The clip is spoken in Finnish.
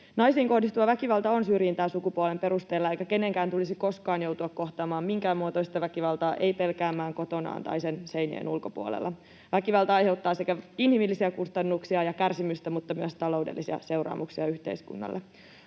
Naisiin kohdistuva väkivalta on syrjintää sukupuolen perusteella, eikä kenenkään tulisi koskaan joutua kohtaamaan minkäänmuotoista väkivaltaa, ei pelkäämään kotonaan tai sen seinien ulkopuolella. Väkivalta aiheuttaa sekä inhimillisiä kustannuksia ja kärsimystä että myös taloudellisia seuraamuksia yhteiskunnalle.